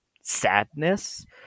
sadness